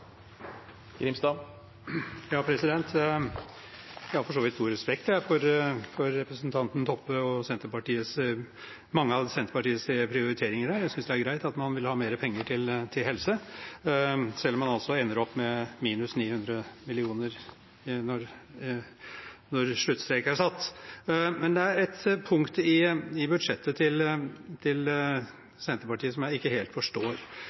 og mange av Senterpartiets prioriteringer her. Jeg synes det er greit at man vil ha mer penger til helse, selv om man ender opp med minus 900 mill. kr når sluttstrek er satt. Det er likevel ett punkt i budsjettet til Senterpartiet som jeg ikke helt forstår.